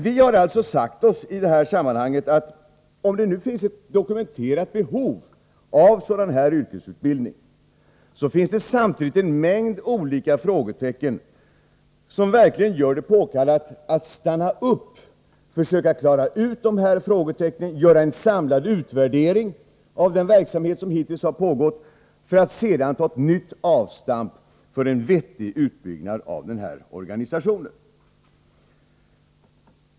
Vi har i det här sammanhanget sagt oss att om det nu finns ett dokumenterat behov av en sådan här yrkesutbildning, finns det samtidigt en mängd frågetecken som gör det påkallat att stanna upp för att klara ut dessa frågetecken och göra en samlad utvärdering av den verksamhet som hittills pågått för att sedan ta ett nytt avstamp för en vettig utbyggnad av denna organisation.